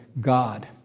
God